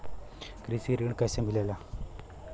कृषि ऋण कैसे मिली?